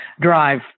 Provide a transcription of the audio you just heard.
drive